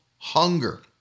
Hunger